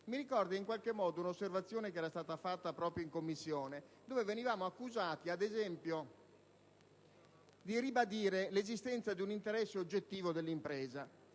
Mi ricorda in qualche modo un'osservazione che era stata fatta proprio in Commissione, con la quale venivamo accusati di ribadire l'esistenza di un interesse oggettivo dell'impresa.